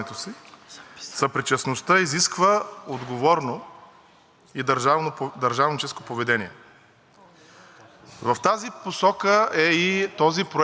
В тази посока е и този проект на решение, който вчера двете комисии съумяха да предложат на Вашето внимание.